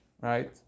right